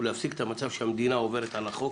ולהפסיק את המצב שהמדינה עוברת על החוק.